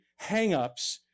hangups